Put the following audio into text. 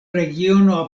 regiono